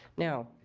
now,